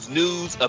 news